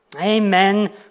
Amen